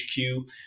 HQ